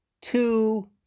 two